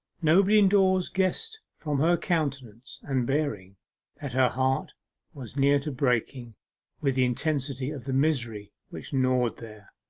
nobody indoors guessed from her countenance and bearing that her heart was near to breaking with the intensity of the misery which gnawed there.